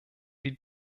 die